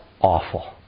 awful